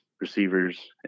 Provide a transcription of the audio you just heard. receivers